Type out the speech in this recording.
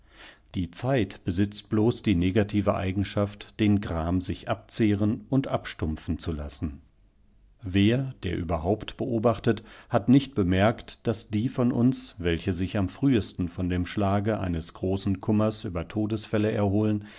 die zeit besitzt bloß die negative eigenschaft den gram sich abzehren und abstumpfen zu lassen wer der überhaupt beobachtet hat nicht bemerkt daß die von uns welchesichamfrühestenvondemschlageeinesgroßenkummersübertodesfälle erholen